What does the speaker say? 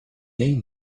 name